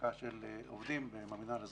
העסקה של עובדים במינהל האזרחי,